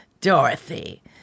Dorothy